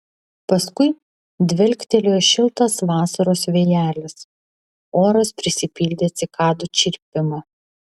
paskui dvelktelėjo šiltas vasaros vėjelis oras prisipildė cikadų čirpimo